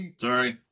Sorry